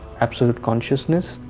absolute consciousness,